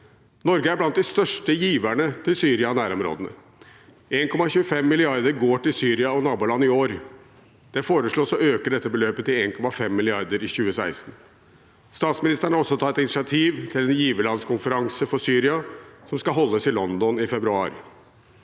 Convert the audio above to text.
Norge er blant de største giverne til Syria og nærområdene. 1,25 mrd. kr går til Syria og naboland i år. Det foreslås å øke dette beløpet til 1,5 mrd. kr i 2016. Statsministeren har også tatt initiativ til en giverlandskonferanse for Syria, som skal holdes i London i februar.